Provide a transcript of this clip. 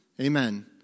Amen